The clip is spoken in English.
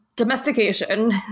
Domestication